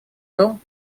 том